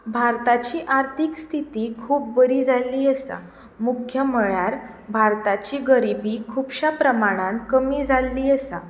भारताची आर्थीक स्थिती खूब बरी जाल्ली आसा मुख्य म्हळ्यार भारताची गरिबी खुबश्या प्रमाणांत कमी जाल्ली आसा